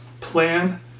plan